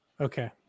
okay